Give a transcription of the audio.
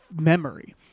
memory